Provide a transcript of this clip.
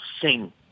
sing